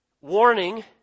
Warning